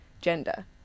gender